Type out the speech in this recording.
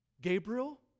Gabriel